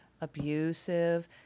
abusive